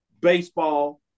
baseball